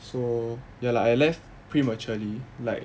so ya lah I left prematurely like